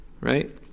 right